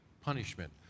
punishment